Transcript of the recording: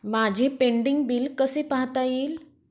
माझे pending bill कसे पाहता येईल?